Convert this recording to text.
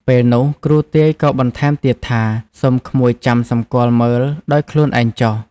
ពេលនោះគ្រូទាយក៏បន្ថែមទៀតថា សូមក្មួយចាំសម្គាល់មើលដោយខ្លួនឯងចុះ។